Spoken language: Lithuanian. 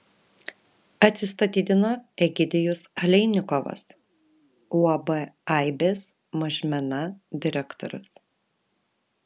atsistatydino egidijus aleinikovas uab aibės mažmena direktorius